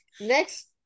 next